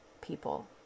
people